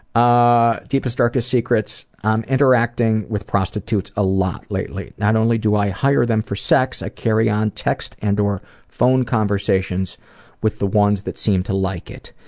ah deepest darkest secrets, i'm interacting with prostitutes a lot lately. not only do i hire them for sex, i carry on text and or phone conversations with the ones that seem to like it.